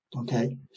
Okay